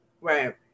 Right